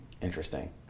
Interesting